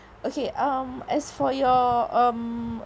okay um as for your um